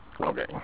okay